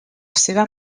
seva